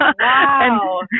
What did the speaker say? wow